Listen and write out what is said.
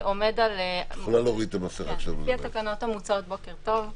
בוקר טוב.